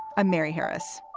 i'm mary harris.